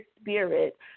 Spirit